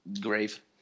grave